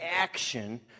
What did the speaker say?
action